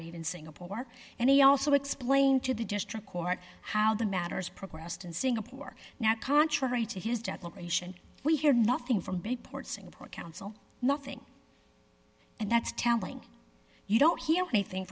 made in singapore and he also explained to the district court how the matters progressed in singapore now contrary to his declaration we hear nothing from bayport singapore counsel nothing and that's telling you don't hear anything